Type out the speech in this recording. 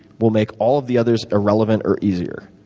will make all of the others irrelevant or easier?